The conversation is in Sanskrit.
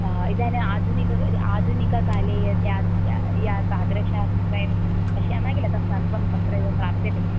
इदानीं आधुनिकं आधुनिककाले या या तादृशं वयं पश्यामः किल तत्सर्वं तत्रैव प्राप्यते